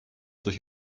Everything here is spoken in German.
durch